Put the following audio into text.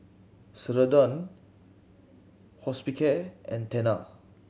Ceradan Hospicare and Tena